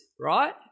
right